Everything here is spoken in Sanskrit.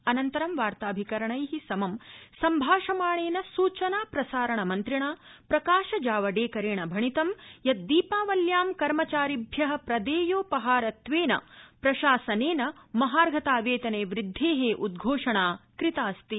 अनन्तरं वार्ताभिकरणै समं सम्भाषमाणेन सूचनाप्रसारण मन्त्रिणा प्रकाशजावडेकरेण भणितं यत् दीपावल्यां कर्मचारिभ्य प्रदेयोपहारत्वेन प्रशासनेन महार्घतावेतने वृद्धे उद्घोषणा कृतास्ति